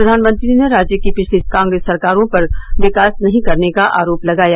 प्रधानमत्री ने राज्य की पिछली कांग्रेस सरकारों पर विकास नहीं करने का आरोप लगाया